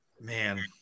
Man